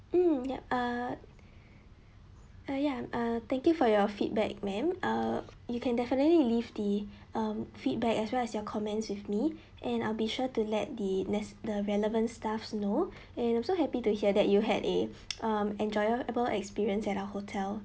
mm yup uh uh ya uh thank you for your feedback madam uh you can definitely leave the um feedback as well as your comments with me and I'll be sure to let the nes~ the relevant staff know and also happy to hear that you had a um enjoyable experience at our hotel